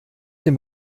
dem